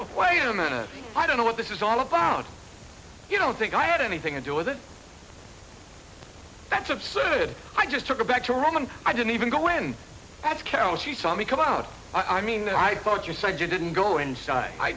of wait a minute i don't know what this is all about you don't think i had anything to do with it that's absurd i just took a back to run and i didn't even go in that couch you saw me come out i mean i thought you said you didn't go inside i